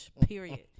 period